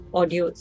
audio